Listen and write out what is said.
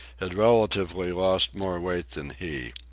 had relatively lost more weight than he.